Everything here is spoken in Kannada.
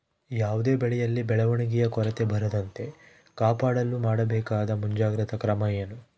ಯಾವುದೇ ಬೆಳೆಯಲ್ಲಿ ಬೆಳವಣಿಗೆಯ ಕೊರತೆ ಬರದಂತೆ ಕಾಪಾಡಲು ಮಾಡಬೇಕಾದ ಮುಂಜಾಗ್ರತಾ ಕ್ರಮ ಏನು?